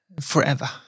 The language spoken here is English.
forever